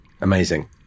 Amazing